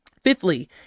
Fifthly